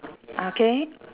ah K